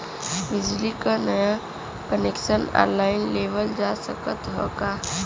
बिजली क नया कनेक्शन ऑनलाइन लेवल जा सकत ह का?